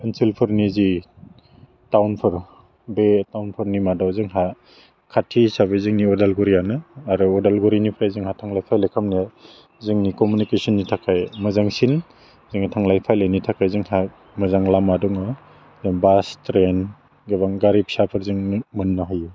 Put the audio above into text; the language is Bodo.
ओनसोलफोरनि जि टाउनफोर बे टाउनफोरनि मादाव जोंहा खाथि हिसाबै जोंनि अदालगुरियानो आरो अदालगुरिनिफ्राय जोंहा थांलाय फैलाय खालामनायाव जोंनि कमिनिकेसननि थाखाय मोजांसिन जोंनि थांलाय फैलायनि थाखाय जोंहा मोजां लामा दङो जे बास ट्रेन गोबां गारि फिसाफोरजोंनो मोननो हायो